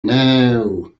know